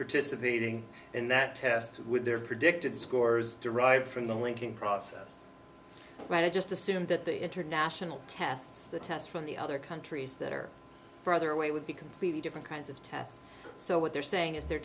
participating in that test with their predicted scores derived from the linking process but i just assumed that the international tests the tests from the other countries that are further away would be completely different kinds of tests so what they're saying is they're